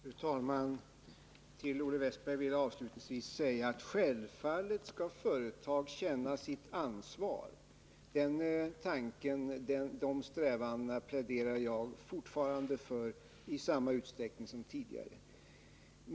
Fru talman! Avslutningsvis vill jag säga att självfallet skall företag känna sitt ansvar. Den tanken pläderar jag fortfarande för i samma utsträckning som tidigare.